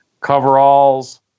coveralls